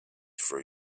for